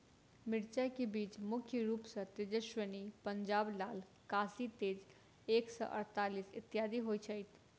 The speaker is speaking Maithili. मिर्चा केँ बीज मुख्य रूप सँ तेजस्वनी, पंजाब लाल, काशी तेज एक सै अड़तालीस, इत्यादि होए छैथ?